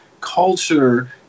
culture